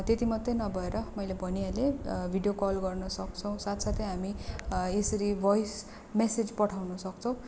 त्यति मात्रै नभएर मैले भनिहालेँ भिडियो कल गर्न सक्छौँ साथसाथै हामी यसरी भोइस म्यासेज पठाउन सक्छौँ